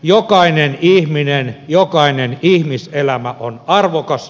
jokainen ihminen jokainen ihmiselämä on arvokas